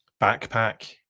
backpack